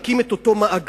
להקים את אותו מאגר.